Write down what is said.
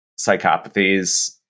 psychopathies